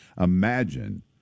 imagine